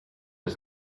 ist